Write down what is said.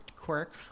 quirk